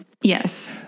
Yes